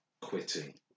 quitting